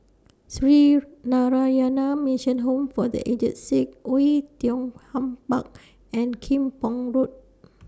Sree Narayana Mission Home For The Aged Sick Oei Tiong Ham Park and Kim Pong Road